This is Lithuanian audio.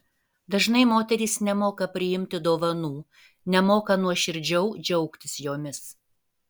dažnai moterys nemoka priimti dovanų nemoka nuoširdžiau džiaugtis jomis